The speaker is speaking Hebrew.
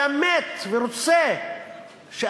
הוא היה מת ורוצה שאכן